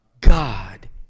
God